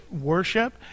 worship